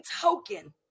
token